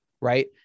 right